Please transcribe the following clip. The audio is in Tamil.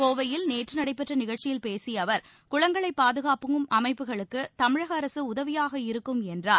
கோவையில் நேற்று நடைபெற்ற நிகழ்ச்சியில் பேசிய அவர் குளங்களை பாதுகாக்கும் அமைப்புகளுக்கு தமிழக அரசு உதவியாக இருக்கும் என்றார்